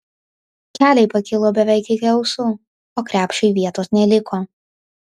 keliai pakilo beveik iki ausų o krepšiui vietos neliko